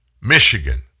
Michigan